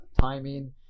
timing